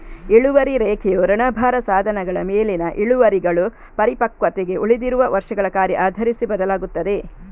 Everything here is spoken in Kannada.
ಇಳುವರಿ ರೇಖೆಯು ಋಣಭಾರ ಸಾಧನಗಳ ಮೇಲಿನ ಇಳುವರಿಗಳು ಪರಿಪಕ್ವತೆಗೆ ಉಳಿದಿರುವ ವರ್ಷಗಳ ಕಾರ್ಯ ಆಧರಿಸಿ ಬದಲಾಗುತ್ತದೆ